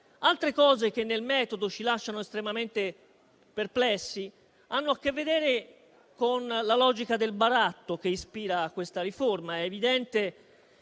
Altre cose che nel metodo ci lasciano estremamente perplessi hanno a che vedere con la logica del baratto che ispira questa riforma.